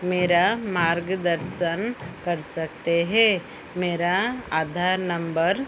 मेरा मार्गदर्शन कर सकते हे मेरा आधार नंबर